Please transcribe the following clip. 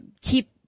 keep